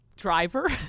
Driver